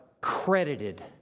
credited